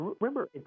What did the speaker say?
Remember